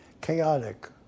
Chaotic